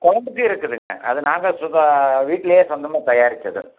குழம்புக்கு இருக்குதுங்க அது நாங்கள் சுதா வீட்டில் சொந்தமாக தயாரித்தது